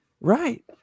Right